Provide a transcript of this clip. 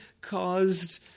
caused